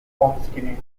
obstinate